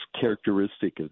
characteristic